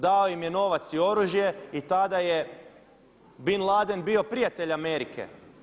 Dao im je novac i oružje i tada je Bin Laden bio prijatelj Amerike.